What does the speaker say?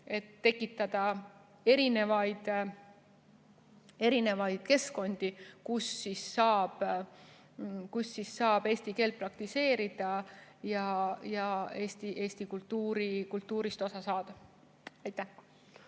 et tekitada erinevaid keskkondi, kus saab eesti keelt praktiseerida ja eesti kultuurist osa saada. Riho